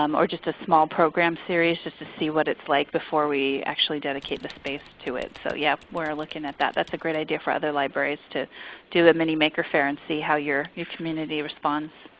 um or just a small program series to see what it's like before we actually dedicate the space to it. so yeah, we're looking at that. that's a great idea for other libraries to do a mini-maker fair, and see how your your community responds.